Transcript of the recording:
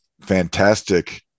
fantastic